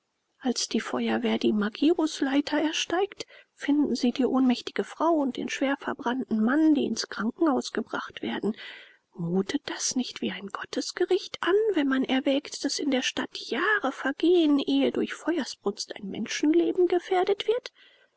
als die feuerwehr die magirusleiter ersteigt findet sie die ohnmächtige frau und den schwer verbrannten mann die ins krankenhaus gebracht werden mutet das nicht wie ein gottesgericht an wenn man erwägt daß in der stadt jahre vergehen ehe durch feuersbrunst ein menschenleben gefährdet wird